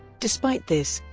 despite this,